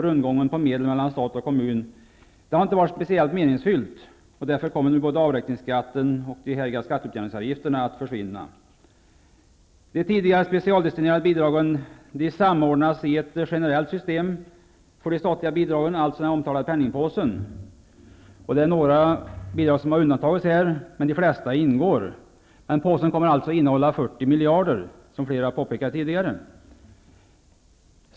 Rundgången på medel mellan stat och kommun har inte varit särskilt meningsfylld. Därför kommer nu avräkningsskatten, den allmänna såväl som den särskilda skatteutjämningsavgiften, att försvinna. De tidigare specialdestinerade bidragen samordnas i ett generellt system för de statliga bidragen, alltså den omtalade penningpåsen. Det är några bidrag som har undantagits, men de flesta ingår. Den omtalade påsen kommer alltså att innehålla 40 miljarder, såsom det tidigare har påpekats.